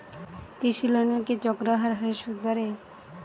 কৃষি লোনের কি চক্রাকার হারে সুদ বাড়ে?